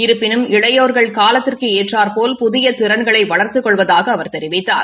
இருப்பினும் இளையோ்கள் னலத்திற்கு ஏற்றார்போல் புதிய திறன்களை வளர்த்துக் கொள்வதாக அவர் தெரிவித்தார்